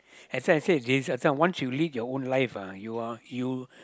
as I said Jace I said once you lead your own life ah you are you